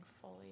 fully